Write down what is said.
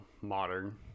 modern